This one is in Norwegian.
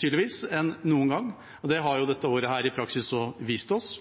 tydeligvis er viktigere enn noen gang. Det har dette året i praksis også vist oss.